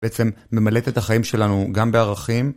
בעצם ממלאת את החיים שלנו גם בערכים.